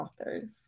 authors